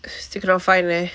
still cannot find leh